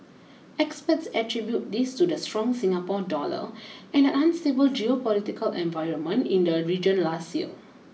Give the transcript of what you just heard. experts attribute this to the strong Singapore dollar and an unstable geopolitical environment in the region last year